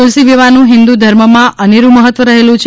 તુલસીવિવાહનું હિંદુ ધર્મમાં અનેરુ મહત્વ રહેલું છે